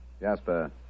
Jasper